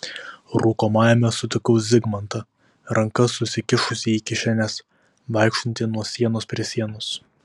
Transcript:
rūkomajame sutikau zigmantą rankas susikišusį į kišenes vaikštantį nuo sienos prie sienos